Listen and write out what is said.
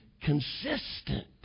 consistent